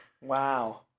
Wow